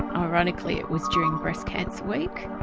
um ironically it was during breast cancer week.